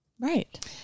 Right